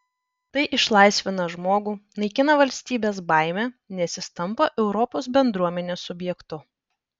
tai išlaisvina žmogų naikina valstybės baimę nes jis tampa europos bendruomenės subjektu